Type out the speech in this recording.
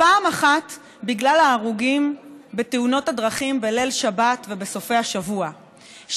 פעם אחת בגלל ההרוגים בתאונות הדרכים בליל שבת ובסופי השבוע,